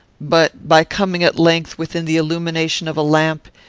but, by coming, at length, within the illumination of a lamp,